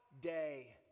day